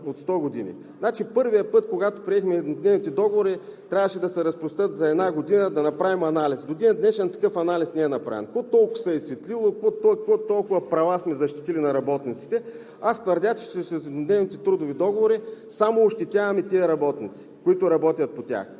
от сто години. Първия път, когато приехме еднодневните договори, трябваше да се разпрострат за една година, да направим анализ. Но до ден днешен такъв анализ не е направен. Какво толкова се е изсветлило? Какви толкова права сме защитили на работниците? Аз твърдя, че с ежедневните трудови договори само ощетяваме тези работници, които работят по тях.